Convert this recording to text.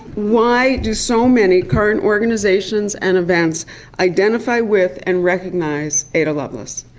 why do so many current organisations and events identify with and recognise ada lovelace?